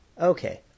Okay